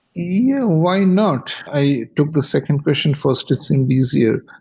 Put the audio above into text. yeah, why not? i took the second question first. it seemed easier.